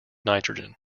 nitrogen